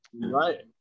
Right